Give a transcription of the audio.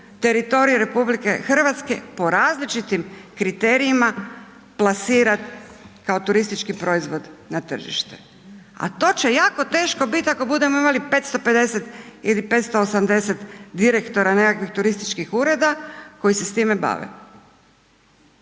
teritorija RH po različitim kriterijima plasirati kao turistički proizvod na tržište. A to će jako teško biti ako budemo imali 550 ili 580 direktora nekakvih turističkih ureda koji se s time bave.